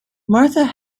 marthe